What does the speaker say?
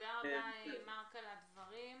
תודה רבה, מרק, על הדברים.